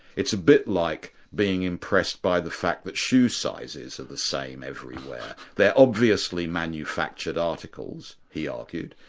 it's a bit like being impressed by the fact that shoe sizes are the same everywhere. they're obviously manufactured articles', he argued,